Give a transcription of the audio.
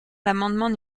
l’amendement